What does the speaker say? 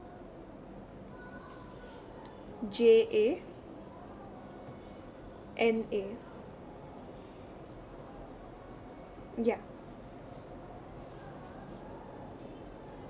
J A N A ya